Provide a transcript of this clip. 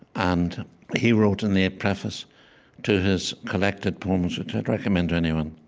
and he wrote in the preface to his collected poems, which i'd recommend to anyone,